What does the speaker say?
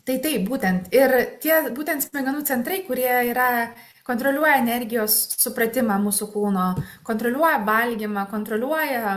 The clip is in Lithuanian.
tai taip būtent ir tie būtent smegenų centrai kurie yra kontroliuoja energijos supratimą mūsų kūno kontroliuoja valgymą kontroliuoja